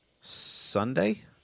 Sunday